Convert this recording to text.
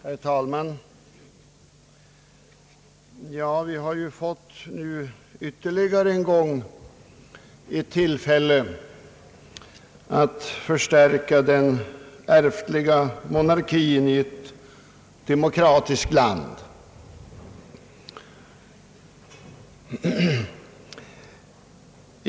Herr talman! Vi har ju nu ännu en gång fått tillfälle att förstärka den ärftliga monarkin i ett demokratiskt land.